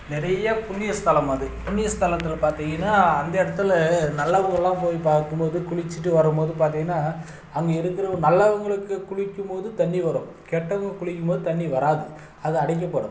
நிறைய புண்ணிய ஸ்தலம் அது புண்ணிய ஸ்தலத்தில் பார்த்திங்கன்னா அந்த இடத்துல நல்லவங்களெலாம் போய் பார்க்கும் போது குளித்துட்டு வரும் போது பார்த்திங்கன்னா அங்கே இருக்கிற நல்லவங்களுக்கு குளிக்கும் போது தண்ணி வரும் கெட்டவங்க குளிக்கும் போது தண்ணி வராது அது அடைக்கப்படும்